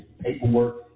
paperwork